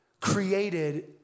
created